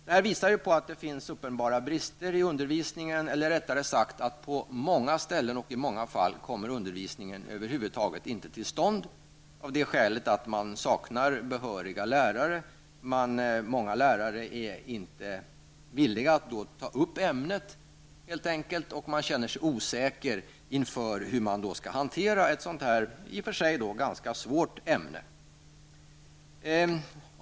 Den visar på att det finns uppenbara brister i utbildningen, eller rättare sagt att undervisningen på många ställen och i många fall över huvud taget inte kommer till stånd av det skälet att man saknar behöriga lärare. Många lärare är helt enkelt inte villiga att ta upp ämnet, och de känner sig osäkra inför hur de skall hantera ett sådant häar i och för sig ganska svårt ämne.